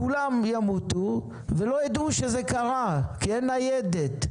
כולם ימותו ולא ידעו שזה קרה כי אין ניידת,